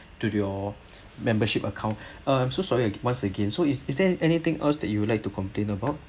to your membership account uh I'm so sorry again once again so is is there anything else that you would like to complain about